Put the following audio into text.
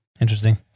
interesting